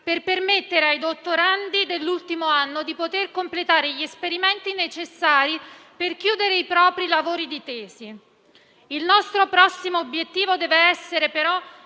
per permettere ai dottorandi dell'ultimo anno di completare gli esperimenti necessari per chiudere i propri lavori di tesi. Il nostro prossimo obiettivo deve però